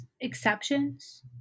exceptions